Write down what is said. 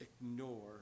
ignore